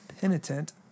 penitent